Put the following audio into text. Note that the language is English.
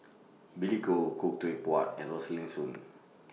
Billy Koh Khoo Teck Puat and Rosaline Soon